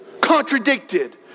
contradicted